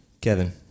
Kevin